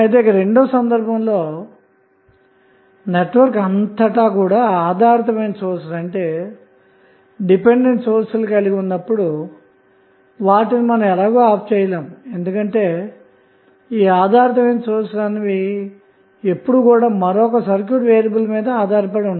ఇక రెండో సందర్భంలో నెట్వర్క్ అంతటా ఆధారితమైన సోర్స్ లు కలిగి ఉన్నప్పుడు వీటిని మనం ఆఫ్ చేయలేము ఎందుకంటే ఆధారిత సోర్స్ ఎప్పుడు మరొక సర్క్యూట్ వేరియబుల్ మీద ఆధారపడి ఉంటుంది